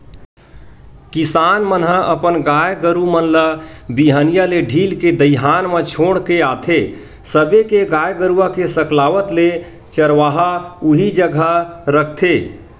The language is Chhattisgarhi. किसान मन ह अपन गाय गरु मन ल बिहनिया ले ढील के दईहान म छोड़ के आथे सबे के गाय गरुवा के सकलावत ले चरवाहा उही जघा रखथे